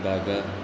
बागर